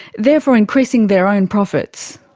therefore increasing their own profits.